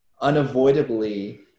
unavoidably